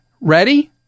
Ready